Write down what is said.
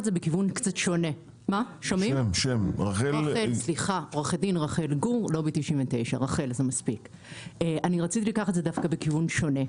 99. עורך הדין רחל גור מלובי 99. רציתי לקחת את זה מכיוון שונה.